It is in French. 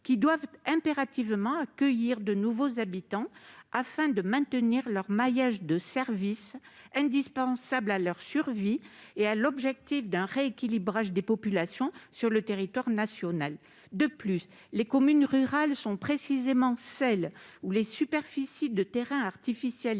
doivent impérativement accueillir de nouveaux habitants afin de maintenir leur maillage de services, indispensable à leur survie et au rééquilibrage des populations sur le territoire national. En outre, les communes rurales sont précisément celles dont la superficie de terrain artificialisé